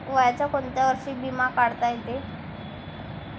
वयाच्या कोंत्या वर्षी बिमा काढता येते?